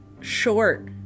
short